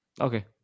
Okay